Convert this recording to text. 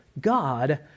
God